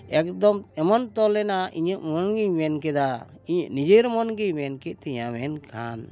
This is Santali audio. ᱮᱠᱫᱚᱢ ᱮᱢᱚᱱ ᱛᱚᱞᱮᱱᱟ ᱤᱧᱟᱹᱜ ᱢᱚᱱᱜᱤᱧ ᱢᱮᱱ ᱠᱮᱫᱟ ᱤᱧᱟᱹᱜ ᱱᱤᱡᱮᱨ ᱢᱚᱱ ᱜᱮ ᱢᱮᱱ ᱠᱮᱫ ᱛᱤᱧᱟᱹ ᱢᱮᱱᱠᱷᱟᱱ